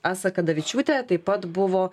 asakadavičiutė taip pat buvo